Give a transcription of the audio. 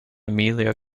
amelia